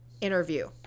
interview